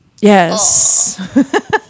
Yes